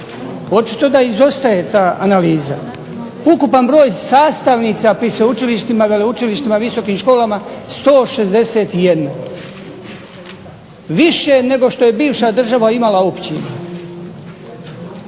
Očito da izostaje ta analiza. Ukupan broj sastavnica pri sveučilištima, veleučilištima, visokim školama 161. Više nego što je bivše država imala općina.